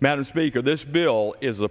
madam speaker this bill is a